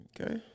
Okay